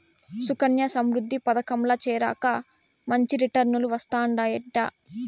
సుకన్యా సమృద్ధి పదకంల చేరాక మంచి రిటర్నులు వస్తందయంట